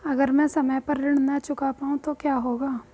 अगर म ैं समय पर ऋण न चुका पाउँ तो क्या होगा?